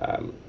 um